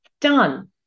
done